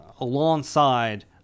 alongside